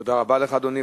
תודה רבה לך, אדוני.